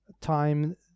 time